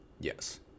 yes